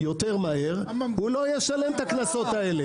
יותר מהר - הוא לא ישלם את הקנסות האלה.